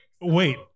Wait